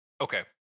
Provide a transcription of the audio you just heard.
okay